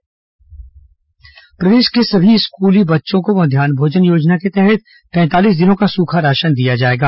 सूखा राशन पुस्तक वितरण प्रदेश के सभी स्कूली बच्चों को मध्यान्ह भोजन योजना के तहत पैंतालीस दिनों का सूखा राशन दिया जाएगा